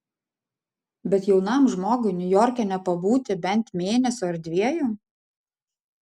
bet jaunam žmogui niujorke nepabūti bent mėnesio ar dviejų